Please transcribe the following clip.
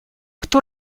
кто